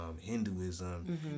Hinduism